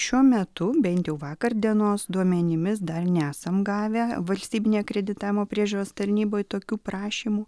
šiuo metu bent jau vakar dienos duomenimis dar nesam gavę valstybinėj akreditavimo priežiūros tarnyboj tokių prašymų